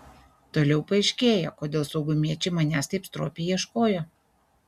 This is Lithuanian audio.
toliau paaiškėjo kodėl saugumiečiai manęs taip stropiai ieškojo